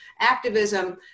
activism